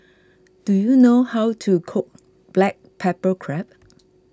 do you know how to cook Black Pepper Crab